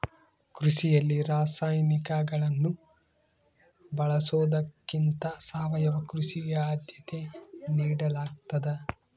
ಕೃಷಿಯಲ್ಲಿ ರಾಸಾಯನಿಕಗಳನ್ನು ಬಳಸೊದಕ್ಕಿಂತ ಸಾವಯವ ಕೃಷಿಗೆ ಆದ್ಯತೆ ನೇಡಲಾಗ್ತದ